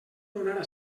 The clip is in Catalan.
donara